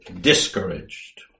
discouraged